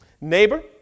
Neighbor